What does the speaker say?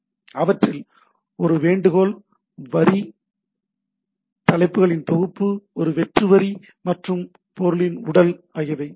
அவற்றில் ஒரு வேண்டுகோள் வரி தலைப்புகளின் தொகுப்பு ஒரு வெற்று வரி மற்றும் பொருளின் உடல் உள்ளது